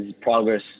progress